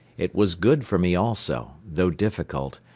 it was good for me also, though difficult,